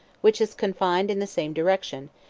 which is confined in the same direction,